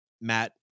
Matt